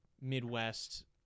midwest